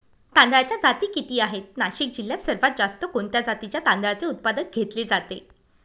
तांदळाच्या जाती किती आहेत, नाशिक जिल्ह्यात सर्वात जास्त कोणत्या जातीच्या तांदळाचे उत्पादन घेतले जाते?